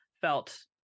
felt